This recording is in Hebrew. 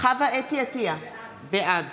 חוה אתי עטייה, בעד